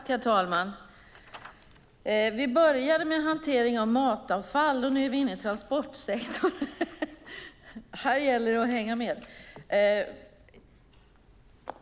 Herr talman! Vi började med hanteringen av matavfall, och nu är vi inne i transportsektorn. Här gäller det att hänga med.